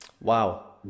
Wow